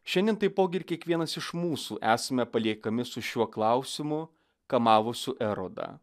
šiandien taipogi ir kiekvienas iš mūsų esame paliekami su šiuo klausimu kamavusių erodą